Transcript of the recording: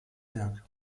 werk